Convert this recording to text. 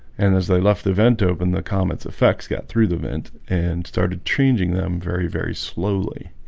and as they left the vent open the komets effects got through the vent and started changing them very very slowly